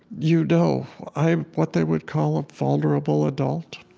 you know i'm what they would call a vulnerable adult.